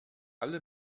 alle